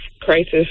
crisis